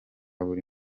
buri